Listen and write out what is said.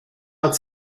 hat